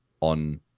on